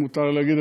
האם מותר להגיד?